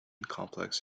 complex